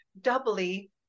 doubly